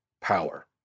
power